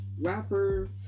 rapper